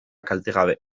kaltegabe